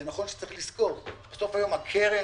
זה נכון שצריך לזכור, בסופו של דבר הקרן